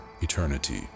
eternity